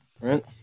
Right